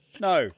No